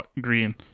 green